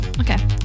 Okay